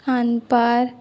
खानपार